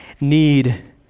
need